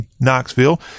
knoxville